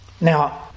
Now